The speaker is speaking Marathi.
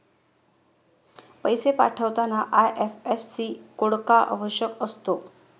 पैसे पाठवताना आय.एफ.एस.सी कोड का आवश्यक असतो?